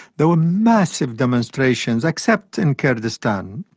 there were massive demonstrations, except in kurdistan.